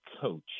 coach